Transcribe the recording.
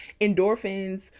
endorphins